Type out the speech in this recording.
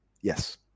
Yes